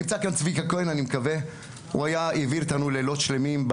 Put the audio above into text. נמצא כאן צביקה כהן שהעביר איתנו לילות שלמים.